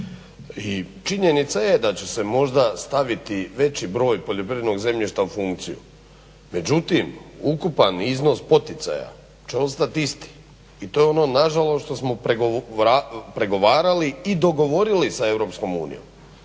i činjenica je da će se možda staviti veći broj poljoprivrednog zemljišta u funkciju. Međutim ukupan iznos poticaja će ostati isti i to je ono nažalost što smo pregovarali i dogovorili sa EU.